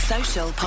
Social